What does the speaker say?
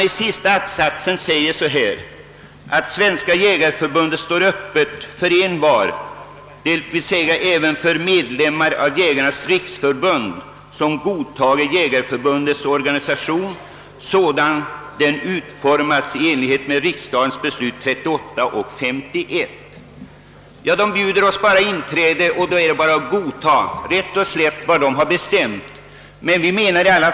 I sista att-satsen i denna skrivelse heter det: »att Svenska jägareförbundet står öppet för envar, d.v.s. även för medlem av Jägarnas riksförbund, som godtager jägareförbundets organisation sådan den utformats i enlighet med riksdagens beslut 1938 och 1951». Svenska jägareförbundet erbjuder oss alltså inträde, men bara om vi godtar vad det har bestämt.